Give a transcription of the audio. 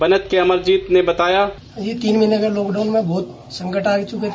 बनत के अमरजीत सिंह ने बताया तीन महीनें के लॉकडाउन में बहुत संकट आ चुका था